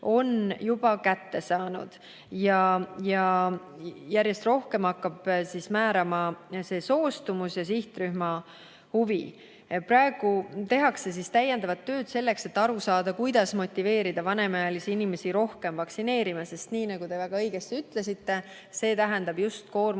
juba kätte saanud ja järjest rohkem hakkab määrama soostumus ja sihtrühma huvi. Praegu tehakse täiendavat tööd selleks, et aru saada, kuidas motiveerida vanemaealisi inimesi rohkem vaktsineerima, sest nagu te väga õigesti ütlesite, tähendab see koormust